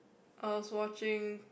I was watching